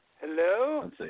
Hello